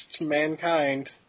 mankind